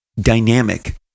dynamic